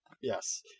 Yes